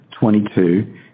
22